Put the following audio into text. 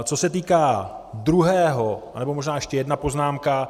Co se týká druhého nebo možná ještě jedna poznámka.